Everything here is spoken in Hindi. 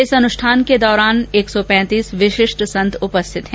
इस अनुष्ठान के दौरान एक सौ पैंतीस विशिष्ट संत उपस्थित हैं